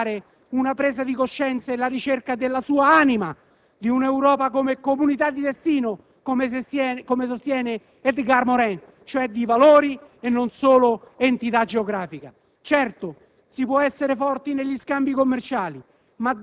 L'obiettivo della Carta costituzionale europea può significare una presa di coscienza e la ricerca della sua anima, di un'Europa come comunità di destino, come sostiene Edgar Morin, cioè di valori e non solo entità geografica.